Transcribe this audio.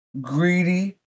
greedy